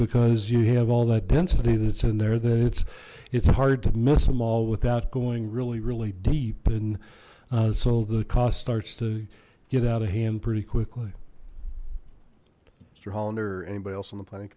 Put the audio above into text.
because you have all that density that's in there that it's it's hard to miss them all without going really really deep and so the cost starts to get out of hand pretty quickly mister hollander or anybody else on the plan